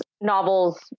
novels